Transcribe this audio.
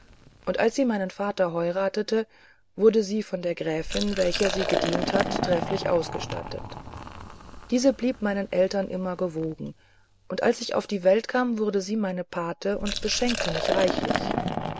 und als sie meinen vater heuratete wurde sie von der gräfin welcher sie gedient hatte trefflich ausgestattet diese blieb meinen eltern immer gewogen und als ich auf die welt kam wurde sie meine pate und beschenkte mich reichlich